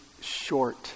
Short